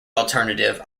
alternative